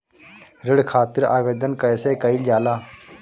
ऋण खातिर आवेदन कैसे कयील जाला?